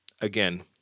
Again